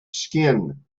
skin